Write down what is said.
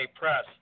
Press